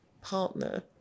partner